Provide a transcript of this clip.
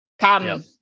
come